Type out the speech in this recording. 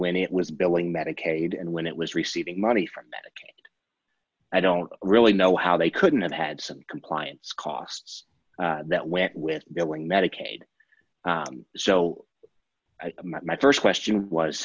when it was billing medicaid and when it was receiving money from i don't really know how they couldn't have had some compliance costs that went with billing medicaid so my st question was